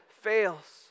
fails